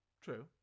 True